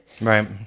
Right